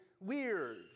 weird